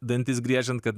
dantis griežiant kad